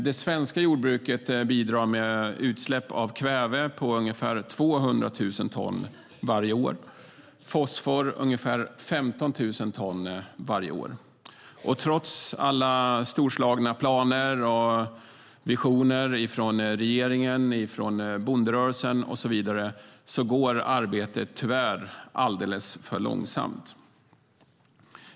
Det svenska jordbruket bidrar med utsläpp av kväve på ungefär 200 000 ton varje år. När det gäller fosfor är det ungefär 15 000 ton varje år. Trots alla storslagna planer och visioner från regeringen, bonderörelsen och så vidare går arbetet tyvärr alldeles för långsamt.